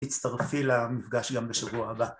תצטרפי למפגש גם בשבוע הבא.